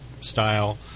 style